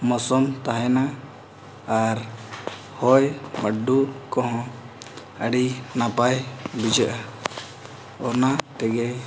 ᱢᱚᱨᱥᱩᱢ ᱛᱟᱦᱮᱱᱟ ᱟᱨ ᱦᱚᱭ ᱵᱟᱹᱨᱰᱩ ᱠᱚᱦᱚᱸ ᱟᱹᱰᱤ ᱱᱟᱯᱟᱭ ᱵᱩᱡᱷᱟᱹᱜᱼᱟ ᱚᱱᱟ ᱛᱮᱜᱮ